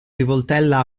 rivoltella